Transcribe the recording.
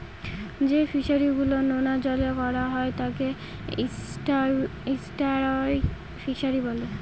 যে ফিশারি গুলো নোনা জলে করা হয় তাকে এস্টুয়ারই ফিশারি বলে